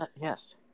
Yes